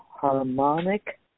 harmonic